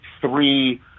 three